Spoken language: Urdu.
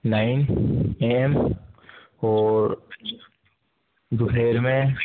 نائن اے ایم اور دوپہر میں